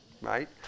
Right